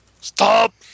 Stop